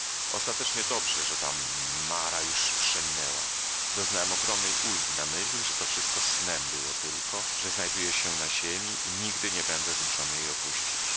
ostatecznie dobrze że ta mara już przeminęła doznałem ogromnej ulgi na myśl że to wszystko snem było tylko że znajduję się na ziemi i nigdy nie będę zmuszony jej opuścić